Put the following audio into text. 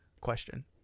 Question